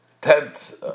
tent